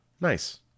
Nice